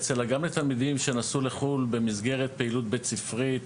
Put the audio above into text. אלא גם לתלמידים שנסעו לחול במסגרת פעילות בית ספרית